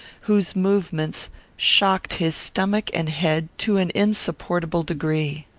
whose movements shocked his stomach and head to an insupportable degree.